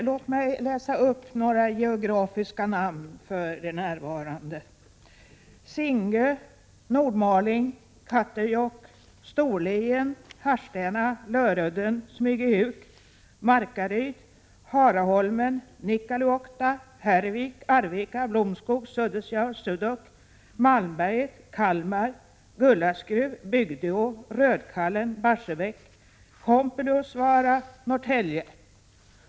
Låt mig läsa upp några geografiska namn för de närvarande i kammaren: Singö, Nordmaling, Katterjåkk, Storlien, Harstena, Lörudden, Smygehuk, Markaryd, Haraholmen, Nikkaluokta, Herrvik, Arvika-Blomskog, Suddesjaur-Sudok, Malmberget, Kalmar, Gullaskruv, Bygdeå, Rödkallen, Barsebäck, Kompelusvaara, Norrtälje.